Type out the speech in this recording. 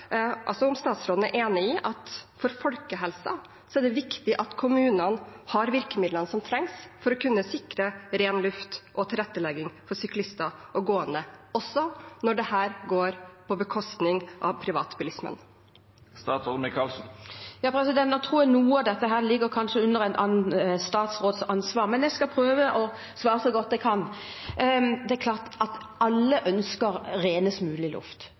statsråden enig i at det er viktig for folkehelsen at kommunene har virkemidlene som trengs for å kunne sikre ren luft og tilrettelegging for syklister og gående, også når dette går på bekostning av privatbilismen? Nå tror jeg noe av dette kanskje ligger under en annen statsråds ansvar, men jeg skal prøve å svare så godt jeg kan. Det er klart at alle ønsker renest mulig luft,